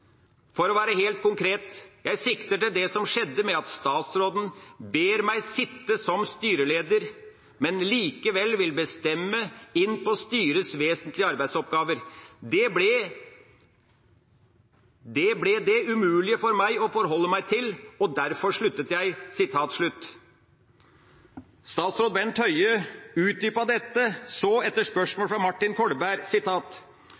«For å være helt konkret: Jeg sikter til det som skjedde med at statsråden ber meg sitte som styreleder, men likevel vil bestemme inn på styrets vesentlige arbeidsoppgaver. Det ble det umulig for meg å forholde meg til, og derfor sluttet jeg.» Statsråd Bent Høie utdypet så dette etter spørsmål fra Martin Kolberg: